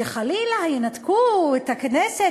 כשחלילה ינתקו את הכנסת,